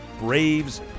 Braves